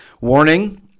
warning